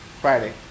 Friday